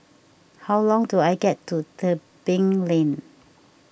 how do I get to Tebing Lane